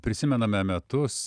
prisimename metus